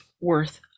worth